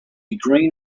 grain